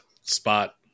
spot